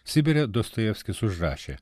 sibire dostojevskis užrašė